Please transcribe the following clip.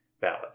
valid